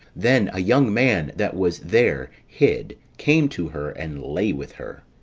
then a young man that was there hid came to her, and lay with her.